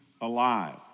alive